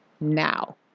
now